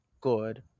good